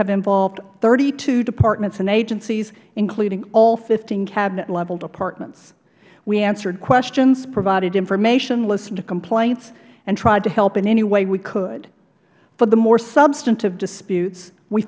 have involved thirty two departments and agencies including all fifteen cabinet level departments we answered questions provided information listened to complaints and tried to help in any way we could for the more substantive disputes we